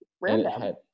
random